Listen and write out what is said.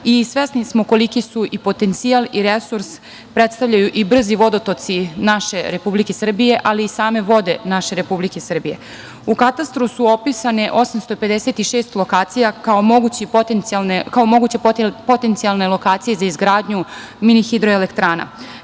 i svesni smo koliki i potencijal i resurs predstavljaju i brzi vodotoci naše Republike Srbije, ali i same vode naše Republike Srbije. U katastru je opisano 856 lokacija, kao moguće potencijalne lokacije za izgradnju mini hidroelektrana.